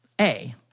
A-